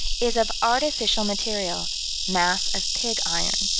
is of artificial material mass of pig iron.